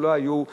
ושלא היו,